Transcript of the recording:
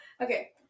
Okay